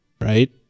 right